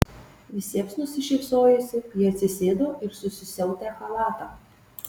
visiems nusišypsojusi ji atsisėdo ir susisiautę chalatą